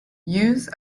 use